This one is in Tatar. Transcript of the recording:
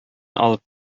алып